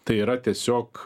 tai yra tiesiog